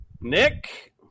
Nick